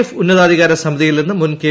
F ഉന്നതാധികാര സമിതിയിൽ നിന്ന് മുൻ കെ